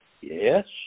yes